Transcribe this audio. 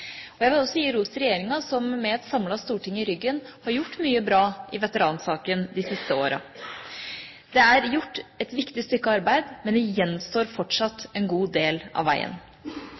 Jeg vil også gi ros til regjeringa, som med et samlet storting i ryggen har gjort mye bra i veteransaken de siste årene. Det er gjort et viktig stykke arbeid, men det gjenstår fortsatt en god del av veien.